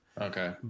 Okay